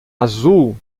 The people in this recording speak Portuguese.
azul